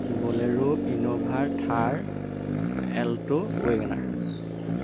bolero Innova Thar alto Wagon R